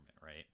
right